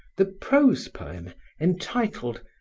the prose poem entitled,